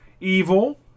evil